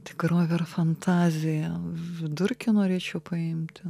tikrovė ar fantazija vidurkį norėčiau paimti